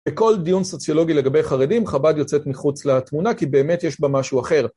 בכל דיון סוציולוגי לגבי חרדים חבד יוצאת מחוץ לתמונה כי באמת יש בה משהו אחר.